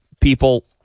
people